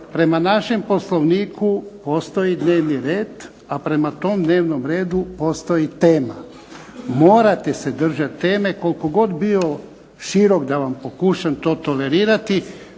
Prema našem Poslovniku postoji dnevni red, a prema tom dnevnom redu postoji tema. Morate se držati teme koliko god bio širok da vam pokušam to tolerirati